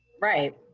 Right